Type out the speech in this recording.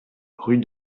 rue